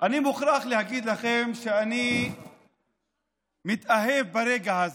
אני מוכרח להגיד לכם שאני מתאהב ברגע הזה.